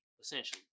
essentially